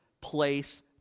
place